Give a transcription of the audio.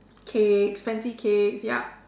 cakes expensive cakes yup